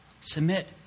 Submit